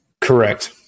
Correct